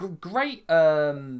Great